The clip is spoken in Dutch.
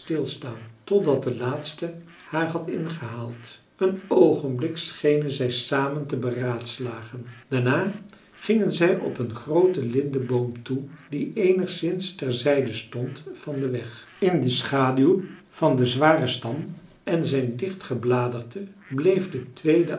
stilstaan totdat de laatste haar had ingehaald een oogenblik schenen zij samen te beraadslagen daarna gingen zij op een grooten lindeboom toe die eenigszins ter zijde stond van den weg in de schaduw van den zwaren stam en zijn dicht gebladerte bleef de tweede